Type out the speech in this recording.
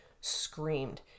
screamed